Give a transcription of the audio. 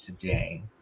today